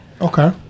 Okay